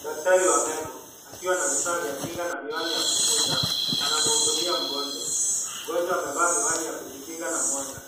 Daktari wa meno, akiwa na vifaa vya kinga na miwani ya kukuza, anamhudumia mgonjwa. Mgonjwa amevaa miwani ya kujinga na mwanga.